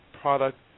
product